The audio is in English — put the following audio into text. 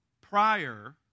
prior